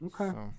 Okay